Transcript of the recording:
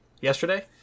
yesterday